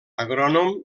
agrònom